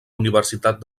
universitat